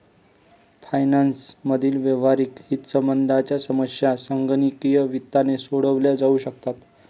finance मधील व्यावहारिक हितसंबंधांच्या समस्या संगणकीय वित्ताने सोडवल्या जाऊ शकतात